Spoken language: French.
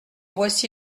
voici